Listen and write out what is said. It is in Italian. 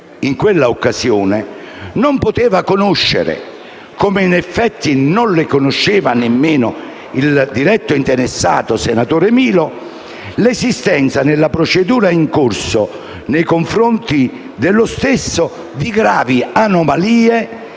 in quell'occasione non poteva conoscere - come in effetti non la conosceva nemmeno il diretto interessato, senatore Milo - l'esistenza, nella procedura in corso nei confronti dello stesso, di gravi anomalie